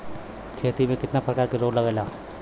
खेती में कितना प्रकार के रोग लगेला?